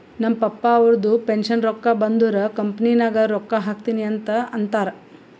ನಮ್ ಪಪ್ಪಾ ಅವ್ರದು ಪೆನ್ಷನ್ ರೊಕ್ಕಾ ಬಂದುರ್ ಕಂಪನಿ ನಾಗ್ ರೊಕ್ಕಾ ಹಾಕ್ತೀನಿ ಅಂತ್ ಅಂತಾರ್